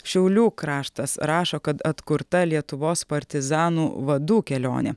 šiaulių kraštas rašo kad atkurta lietuvos partizanų vadų kelionė